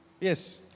Yes